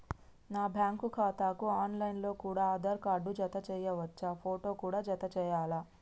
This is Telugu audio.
నా బ్యాంకు ఖాతాకు ఆన్ లైన్ లో కూడా ఆధార్ కార్డు జత చేయవచ్చా ఫోటో కూడా జత చేయాలా?